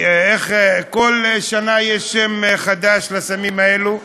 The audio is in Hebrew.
בכל שנה יש שם חדש לסמים האלה.